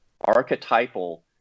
archetypal